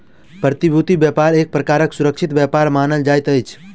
प्रतिभूति व्यापार एक प्रकारक सुरक्षित व्यापार मानल जाइत अछि